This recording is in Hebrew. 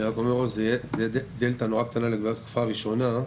זו תהיה דלתא נורא קטנה לגבי התקופה הראשונה.